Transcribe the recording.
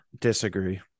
disagree